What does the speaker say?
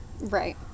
Right